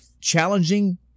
challenging